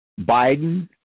Biden